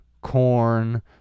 corn